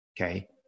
Okay